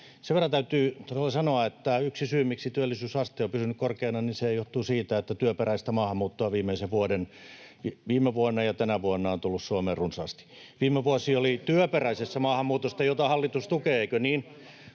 sen verran täytyy todella sanoa, että yksi syy, miksi työllisyysaste on pysynyt korkeana, on se, että työperäistä maahanmuuttoa on viime vuonna ja tänä vuonna tullut Suomeen runsaasti. Viime vuosi oli työperäisessä maahanmuutossa — jota hallitus tukee, eikö niin,